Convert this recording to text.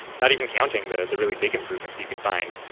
not even counting the the really big improvements you can find.